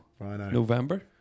November